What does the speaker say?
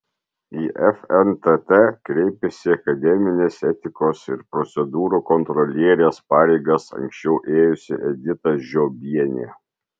į fntt kreipėsi akademinės etikos ir procedūrų kontrolierės pareigas anksčiau ėjusi edita žiobienė